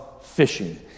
fishing